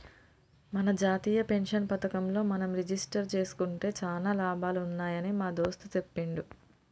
మన జాతీయ పెన్షన్ పథకంలో మనం రిజిస్టరు జేసుకుంటే సానా లాభాలు ఉన్నాయని మా దోస్త్ సెప్పిండు